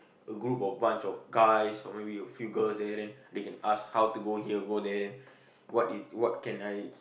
a group of bunch of guys or maybe a few girls there then they can ask how to go here go there what is what can I